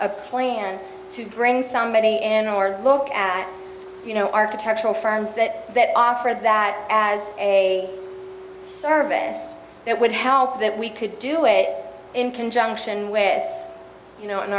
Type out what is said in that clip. a plan to bring somebody in or look at you know architectural firms that that offer that as a service that would help that we could do it in conjunction with you know